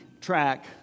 track